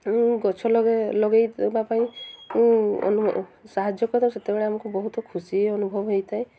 ଗଛ ଲଗାଇଦେବା ପାଇଁ ସାହାଯ୍ୟ କରିଥାଉ ସେତେବେଳେ ଆମକୁ ବହୁତ ଖୁସି ଅନୁଭବ ହେଇଥାଏ